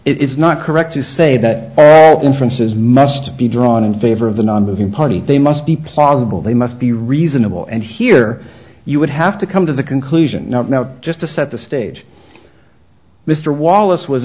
it is not correct to say that inference is must be drawn in favor of the nonmoving punny they must be plausible they must be reasonable and here you would have to come to the conclusion now just to set the stage mr wallace was